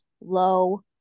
low